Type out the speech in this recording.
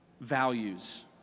values